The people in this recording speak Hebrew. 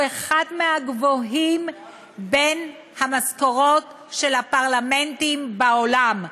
מהגבוהים במשכורות של הפרלמנטים בעולם.